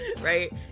right